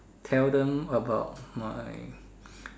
tell them about my